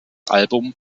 album